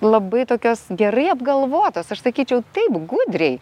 labai tokios gerai apgalvotos aš sakyčiau taip gudriai